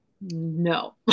no